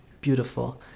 beautiful